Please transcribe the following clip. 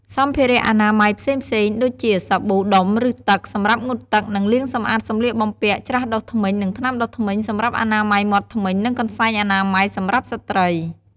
សម្ភារៈអនាម័យផ្សេងៗ ដូចជា សាប៊ូដុំឬទឹក សម្រាប់ងូតទឹក និងលាងសម្អាតសម្លៀកបំពាក់ ច្រាសដុសធ្មេញ និងថ្នាំដុសធ្មេញ សម្រាប់អនាម័យមាត់ធ្មេញ និង កន្សែងអនាម័យ សម្រាប់ស្ត្រី។